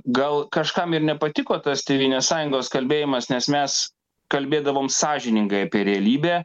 gal kažkam ir nepatiko tas tėvynės sąjungos kalbėjimas nes mes kalbėdavom sąžiningai apie realybę